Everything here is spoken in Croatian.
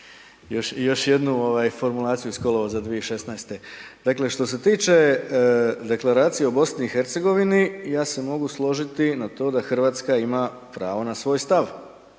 još jednu ovaj formulaciju iz kolovoza 2016. Dakle, što se tiče Deklaracije o BiH ja se mogu složiti na to da Hrvatska ima pravo na svoj stav